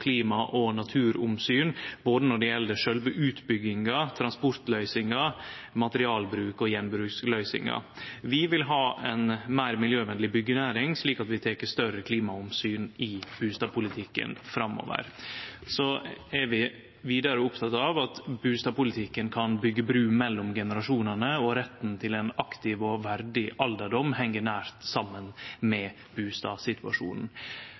klima- og naturomsyn når det gjeld både sjølve utbygginga, transportløysingar, materialbruk og gjenbruksløysingar. Vi vil ha ei meir miljøvenleg byggjenæring, slik at vi tek større klimaomsyn i bustadpolitikken framover. Vidare er vi opptekne av at bustadpolitikken kan byggje bru mellom generasjonane. Retten til ein aktiv og verdig alderdom heng nært saman med bustadsituasjonen.